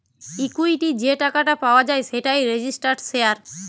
equity যে টাকাটা পাওয়া যায় সেটাই রেজিস্টার্ড শেয়ার